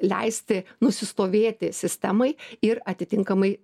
leisti nusistovėti sistemai ir atitinkamai